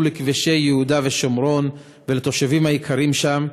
לכבישי יהודה ושומרון ולתושבים היקרים שם,